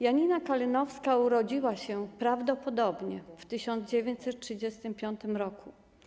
Janina Kalinowska urodziła się prawdopodobnie w 1935 r.